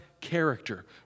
character